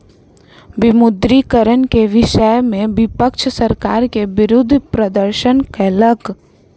विमुद्रीकरण के विषय में विपक्ष सरकार के विरुद्ध प्रदर्शन कयलक